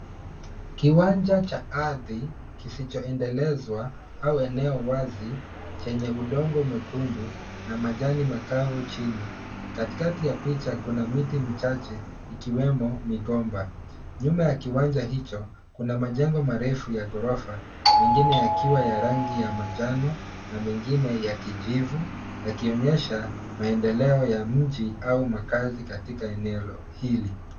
Kiwanja cha ardhi kisichoendelezwa au eneo wazi chenye udongo mwekundu na majani makavu chini .Katikati ya picha kuna miti michache ikiwemo migomba nyuma ya kiwanja hicho kuna majengo marefu ya ghorofa mengine yakiwa ya rangi ya manjano na mengine ya kijivu yakionyesha maendeleo ya mji au makazi katika eneo hili.